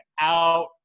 out